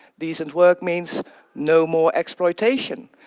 decent work means no more exploitation.